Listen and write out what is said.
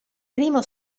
primo